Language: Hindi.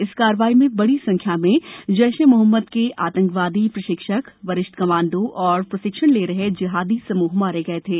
इस कार्रवाई में बड़ी संख्या में र्जेश ए मोहम्मद के आतंकवादी प्रशिक्षक वरिष्ठ कमांडो और प्रशिक्षण ले रहे जेहादी समूह मारे गये थे